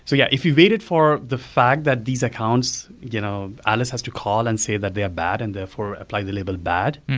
so yeah if we've waited for the that these accounts, you know alice has to call and say that they're bad and therefore apply the label bad,